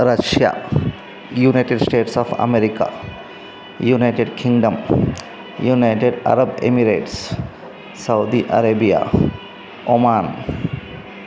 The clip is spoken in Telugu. Russia United States of America United Kingdom United Arab Emirates Saudi Arabia woman